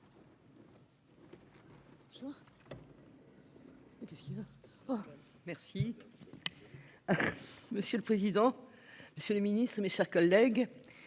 Monsieur le président, madame la ministre, mes chers collègues,